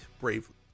Bravely